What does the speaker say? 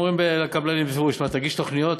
הם אומרים לקבלנים בפירוש: תגיש תוכניות,